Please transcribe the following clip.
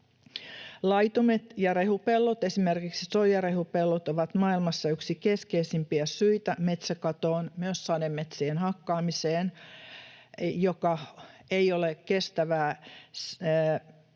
Laitumet ja rehupellot, esimerkiksi soijarehupellot, ovat maailmassa yksi keskeisimpiä syitä metsäkatoon, myös sademetsien hakkaamiseen, joka ei ole kestävää sen